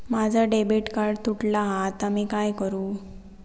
माझा debit card तुटला हा आता मी काय करू?